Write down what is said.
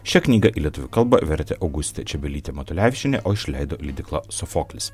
šią knygą į lietuvių kalbą vertė augustė čebelytė matulevičienė o išleido leidykla sofoklis